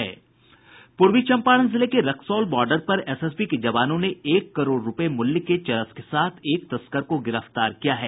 पूर्वी चंपारण जिले के रक्सौल बार्डर पर एसएसबी के जवानों ने एक करोड़ रूपये मूल्य के चरस के साथ एक तस्कर को गिरफ्तार किया है